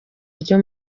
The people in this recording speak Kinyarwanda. ryo